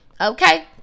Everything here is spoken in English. okay